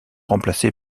remplacé